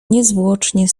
niezwłocznie